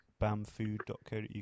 bamfood.co.uk